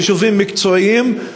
חישובים מקצועיים,